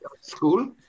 school